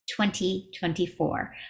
2024